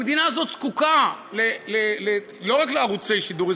המדינה הזאת זקוקה לא רק לערוצי שידור,